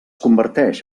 converteix